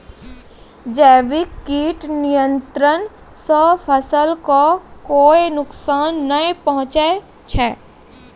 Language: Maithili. जैविक कीट नियंत्रण सॅ फसल कॅ कोय नुकसान नाय पहुँचै छै